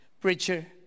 Preacher